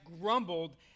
grumbled